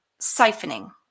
siphoning